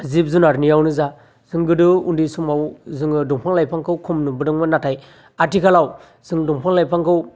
जिब जुनारनियावनो जा जों गोदो उन्दै समाव जोङो दंफां लाइफांखौ खम नुबोदोंमोन नाथाय आथिखालाव जों दंफां लाइफांखौ